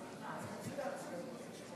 40